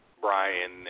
Brian